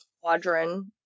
quadrant